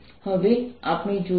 હવે આપણે જોયું છે કે